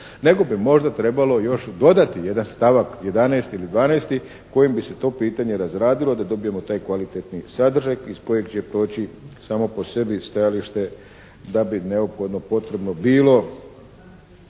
nego bi možda trebalo još dodati jedan stavak 11. ili 12. kojim bi se to pitanje razradilo da dobijemo taj kvalitetni sadržaj iz kojeg će proći samo po sebi stajalište da bi neophodno potrebno bilo